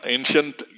Ancient